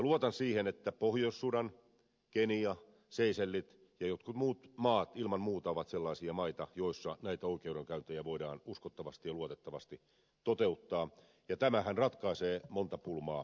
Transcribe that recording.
luotan siihen että pohjois sudan kenia seychellit ja jotkut muut maat ilman muuta ovat sellaisia maita joissa näitä oikeudenkäyntejä voidaan uskottavasti ja luotettavasti toteuttaa ja tämähän ratkaisee monta pulmaa jo etukäteen